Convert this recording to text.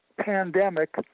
pandemic